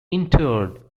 interred